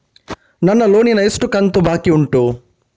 ನನ್ನ ಲೋನಿನ ಎಷ್ಟು ಕಂತು ಬಾಕಿ ಉಂಟು?